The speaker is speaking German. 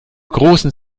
großem